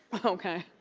okay?